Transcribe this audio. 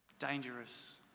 Dangerous